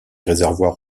réservoirs